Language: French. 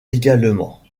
également